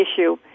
issue